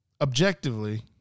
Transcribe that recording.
Objectively